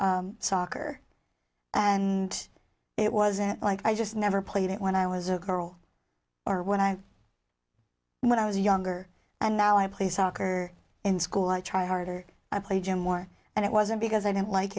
playing soccer and it wasn't like i just never played it when i was a girl or when i when i was younger and now i play soccer in school i try harder i play gym war and it wasn't because i didn't like